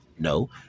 No